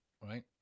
right